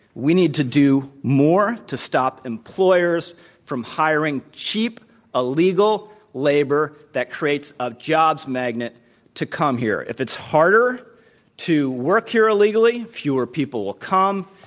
we need to do more to stop employers from hiring cheap illegal labor that creates a jobs magnet to come here. if it's harder to work here illegally, fewer people will come,